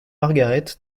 margaret